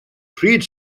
pryd